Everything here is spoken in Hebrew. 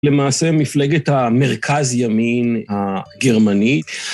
למעשה מפלגת המרכז ימין הגרמנית.